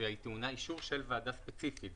שהיא טעונה אישור של ועדה ספציפית,